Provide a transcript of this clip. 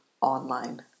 online